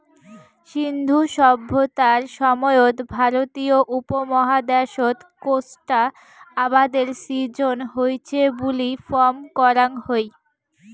সিন্ধু সভ্যতার সময়ত ভারতীয় উপমহাদ্যাশত কোষ্টা আবাদের সিজ্জন হইচে বুলি ফম করাং হই